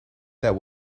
that